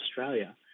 Australia